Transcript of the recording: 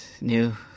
new